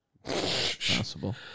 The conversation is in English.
possible